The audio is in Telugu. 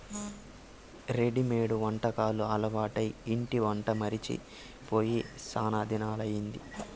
రెడిమేడు వంటకాలు అలవాటై ఇంటి వంట మరచి పోయి శానా దినాలయ్యింది